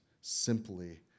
simply